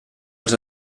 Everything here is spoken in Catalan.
els